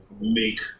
make